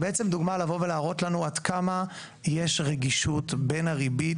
לבוא ולהראות לנו עד כמה יש רגישות בין הריבית,